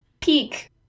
peak